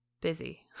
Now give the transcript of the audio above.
busy